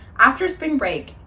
after spring break,